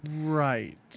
Right